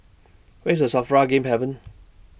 Where IS SAFRA Game Haven